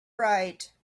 right